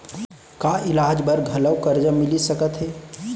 का इलाज बर घलव करजा मिलिस सकत हे?